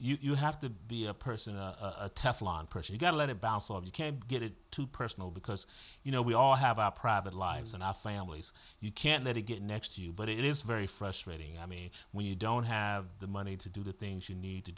you have to be a person a tough line person you gotta let it bounce off you can't get it too personal because you know we all have our private lives and our families you can't let it get next to you but it is very frustrating i mean when you don't have the money to do the things you need to